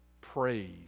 Praise